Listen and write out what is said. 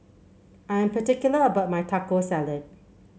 I am particular about my Taco Salad